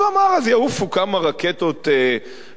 אז הוא אמר: אז יעופו כמה רקטות חלודות,